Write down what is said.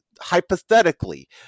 Hypothetically